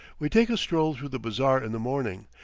we take a stroll through the bazaar in the morning,